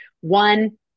one